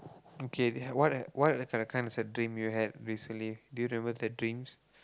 okay they had what what are the kinds of dreams you had recently do you know what the dreams